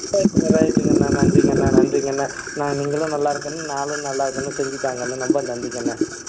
ரைட்டுங்க ரைட்டுங்கண்ணா நன்றிங்கண்ணா நன்றிங்கண்ணா அண்ணா நீங்களும் நல்லா இருக்கணும் நானும் நல்லா இருக்கணும் செஞ்சுத் தாங்கண்ணா ரொம்ப நன்றிங்கண்ணா